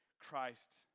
Christ